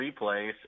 replays